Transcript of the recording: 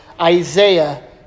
Isaiah